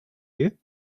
you